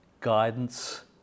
guidance